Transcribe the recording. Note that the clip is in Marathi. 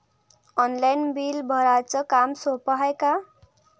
ऑनलाईन बिल भराच काम सोपं हाय का?